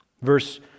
Verse